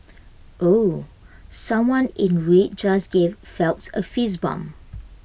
ooh someone in red just gave Phelps A fist bump